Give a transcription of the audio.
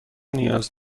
نیاز